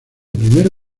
primero